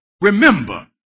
remember